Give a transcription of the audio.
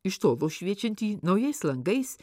iš tolo šviečiantį naujais langais